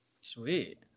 sweet